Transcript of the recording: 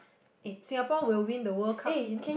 eh Singapore will win the World Cup in